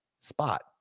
spot